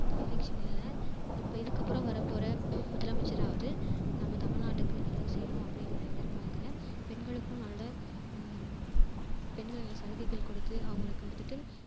அந்த எலக்ஷன் இல்லை இப்போ இதுக்கப்பறம் வரபோகிற முதலமைச்சராவது நம்ம தமிழ்நாட்டுக்கு நல்லது செய்யணும் அப்படின்னு நான் எதிர்பார்க்குறேன் பெண்களுக்கும் நல்ல பெண்களுக்கெல்லாம் சலுகைகள் கொடுத்து அவங்களுக்கு வந்துட்டு